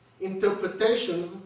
interpretations